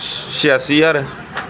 ਛਿਆਸੀ ਹਜ਼ਾਰ